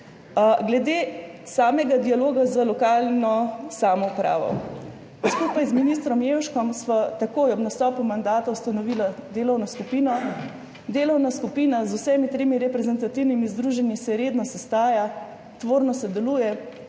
Glede samega dialoga z lokalno samoupravo. Skupaj z ministrom Jevškom sva takoj ob nastopu mandata ustanovila delovno skupino. Delovna skupina z vsemi tremi reprezentativnimi združenji se redno sestaja, tvorno sodeluje,